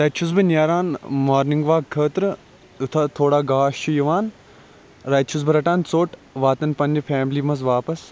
پَتہٕ چھُس بہٕ نیران مارنِنٛگ واک خٲطرٕ یوٚتانۍ تھوڑا گاش چھُ یِوان اور اَتہِ چھُس بہٕ رَٹان ژوٚٹ واتان پَننہِ فیملی مَنٛز واپَس